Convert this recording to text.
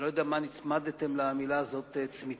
אני לא יודע למה נצמדתם למלה הזאת, צמיתות,